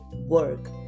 work